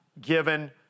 given